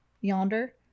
yonder